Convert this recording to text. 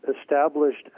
established